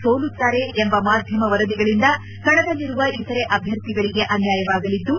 ಸೋಲುತ್ತಾರೆ ಎಂಬ ಮಾದ್ಯಮ ವರದಿಗಳಿಂದ ಕಣದಲ್ಲಿರುವ ಇತರೆ ಅಭ್ಯರ್ಥಿಗಳಿಗೆ ಅನ್ಶಾಯವಾಗಲಿದ್ದು